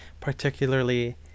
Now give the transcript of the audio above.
particularly